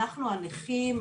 הנכים,